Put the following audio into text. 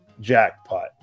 jackpot